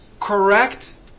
correct